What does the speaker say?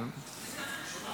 טוב, תודה